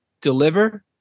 deliver